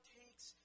takes